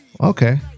Okay